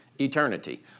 eternity